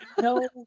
No